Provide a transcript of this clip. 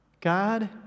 God